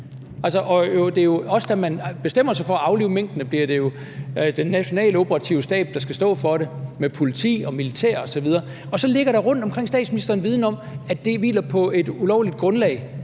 Og da man bestemmer sig for at aflive minkene, bliver det jo den nationale operative stab, der skal stå for det med politi og militær osv., og så har man rundtomkring statsministeren en viden om, at det, at man sætter alt